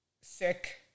sick